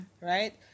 right